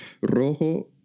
Rojo